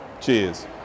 Cheers